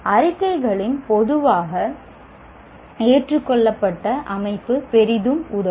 அறிக்கைகளின் பொதுவாக ஏற்றுக்கொள்ளப்பட்ட அமைப்பு பெரிதும் உதவும்